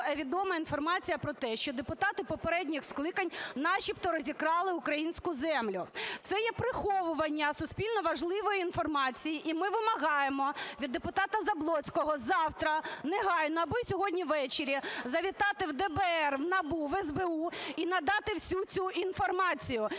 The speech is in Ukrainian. відома інформація про те, що депутати попередніх скликань начебто розікрали українську землю. Це є приховування суспільно важливої інформації, і ми вимагаємо від депутата Заблоцького завтра негайно, або і сьогодні ввечері, завітати в ДБР, в НАБУ, в СБУ і надати всю цю інформацію.